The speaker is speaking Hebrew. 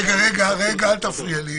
רגע, אל תפריע לי.